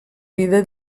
vida